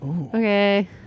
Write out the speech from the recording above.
Okay